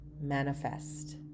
manifest